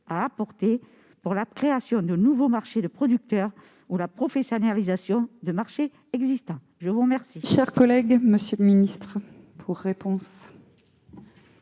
à apporter pour la création de nouveaux marchés des producteurs ou la professionnalisation des marchés existants ? La parole